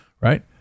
right